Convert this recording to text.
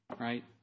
right